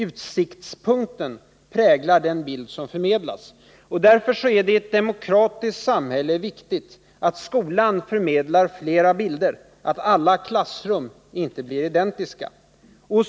Utsiktspunkten präglar den bild som förmedlas. Därför är det i ett demokratiskt samhälle viktigt att skolan förmedlar flera bilder, att alla klassrum inte blir identiska.